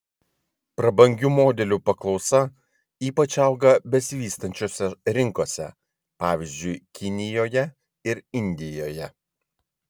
prabangių modelių paklausa ypač auga besivystančiose rinkose pavyzdžiui kinijoje ir indijoje